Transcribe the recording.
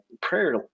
prayer